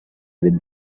with